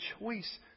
choice